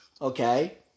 Okay